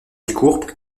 delcourt